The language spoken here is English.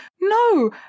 no